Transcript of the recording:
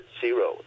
zero